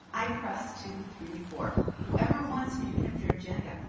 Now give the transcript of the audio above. i press two, three, four. whoever wants me to print their agenda,